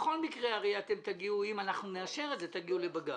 בכל מקרה אם נאשר את זה הרי תגיעו לבג"ץ.